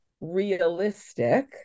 realistic